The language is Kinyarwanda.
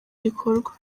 gikorwa